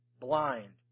blind